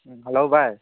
hello ꯚꯥꯏ